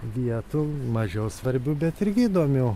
vietų mažiau svarbių bet irgi įdomių